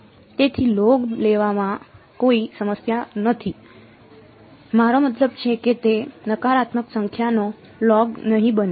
તેથી લોગ લેવામાં કોઈ સમસ્યા નથી મારો મતલબ છે કે તે નકારાત્મક સંખ્યાનો લોગ નહીં બને